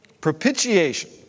Propitiation